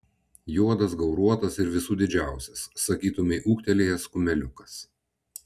juodas gauruotas ir visų didžiausias sakytumei ūgtelėjęs kumeliukas